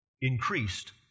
increased